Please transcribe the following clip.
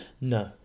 No